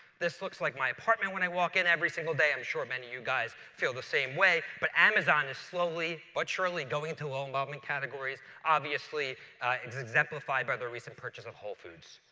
this looks like my apartment when i walk in every single day. i'm sure many of you guys feel the same way, but amazon is slowly but surely going into low evolving categories. obviously it's exemplified by the recent purchase of whole foods.